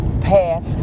path